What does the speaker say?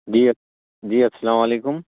جی اس جی السلام علیکم